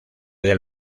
del